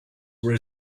were